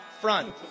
front